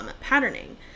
patterning